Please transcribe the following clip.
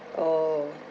oh